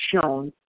shown